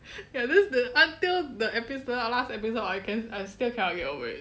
ya that's the until the episode last episode I can I still cannot get over it